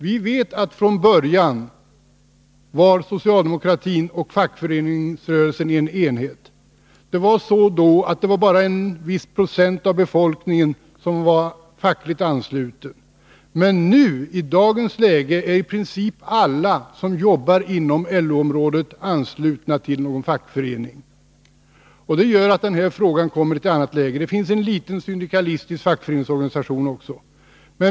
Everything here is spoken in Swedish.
Vi vet att socialdemokratin och fackförenings rörelsen från början var en enhet. Då var bara en viss procent av befolkningen fackligt ansluten. Men i dagens läge är i princip alla som arbetar inom LO-området anslutna till någon fackförening, och det gör att denna fråga kommer i ett annat. läge. Det finns också en liten syndikalistisk fackföreningsorganisation.